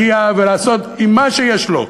ולעשות עם מה שיש לו,